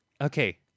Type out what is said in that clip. Okay